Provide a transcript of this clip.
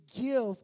give